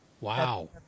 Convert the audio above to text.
wow